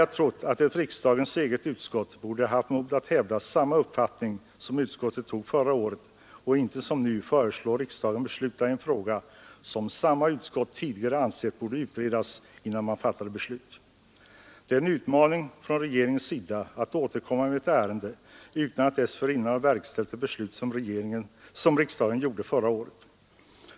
Jag trodde att ett riksdagens eget utskott hade mod att hävda samma uppfattning som förra året och inte att som nu föreslå riksdagen att fatta beslut i en fråga som samma utskott tidigare ansett först borde utredas. Det är en utmaning från regeringens sida att återkomma med ett ärende utan att dessförinnan ha verkställt det beslut som riksdagen fattade förra året.